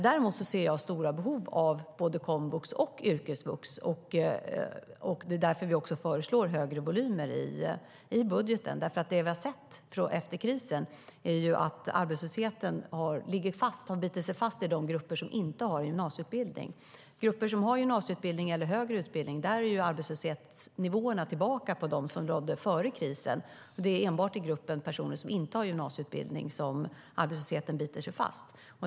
Däremot ser jag stora behov av både komvux och yrkesvux. Det är därför vi också föreslår större volymer i budgeten, för det vi har sett efter krisen är att arbetslösheten har bitit sig fast i de grupper som inte har gymnasieutbildning. I de grupper som har gymnasieutbildning eller högre utbildning är arbetslöshetsnivåerna tillbaka till de som rådde före krisen. Det är enbart i gruppen personer som inte har gymnasieutbildning som arbetslösheten biter sig fast.